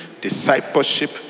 discipleship